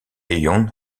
yon